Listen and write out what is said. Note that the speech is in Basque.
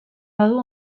badu